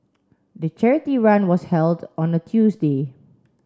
the charity run was held on a Tuesday